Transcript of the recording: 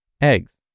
eggs